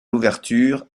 l’ouverture